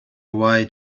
away